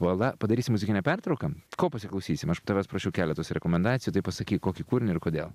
uola padarysim muzikinę pertrauką ko pasiklausysim aš tavęs prašiau keletos rekomendacijų tai pasakyk kokį kūrinį ir kodėl